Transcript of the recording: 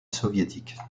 soviétique